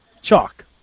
chalk